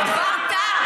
חברת הכנסת עליזה לביא.